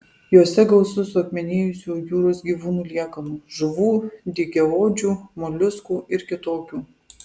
jose gausu suakmenėjusių jūros gyvūnų liekanų žuvų dygiaodžių moliuskų ir kitokių